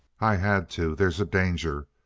i had to. there's a danger.